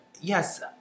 Yes